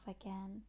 again